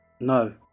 No